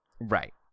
Right